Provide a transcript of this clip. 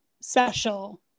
special